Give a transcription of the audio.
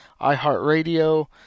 iHeartRadio